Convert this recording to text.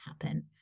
happen